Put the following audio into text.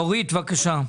אורית, בבקשה.